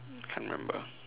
can't remember